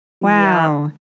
wow